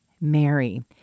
Mary